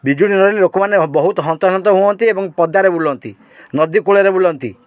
ବିଜୁଳି ନହେଲେ ଲୋକମାନେ ବହୁତ ହନ୍ତସନ୍ତ ହୁଅନ୍ତି ଏବଂ ପଦାରେ ବୁଲନ୍ତି ନଦୀ କୂଳରେ ବୁଲନ୍ତି